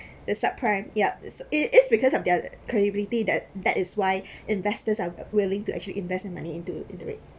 the subprime yup it it is because of their credibility that that is why investors are willing to actually invest money into into it